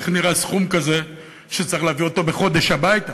איך נראה סכום כזה שצריך להביא אותו בחודש הביתה.